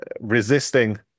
resisting